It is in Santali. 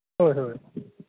ᱦᱚᱭ ᱦᱚᱭ